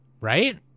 Right